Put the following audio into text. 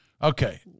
Okay